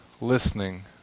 listening